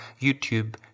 YouTube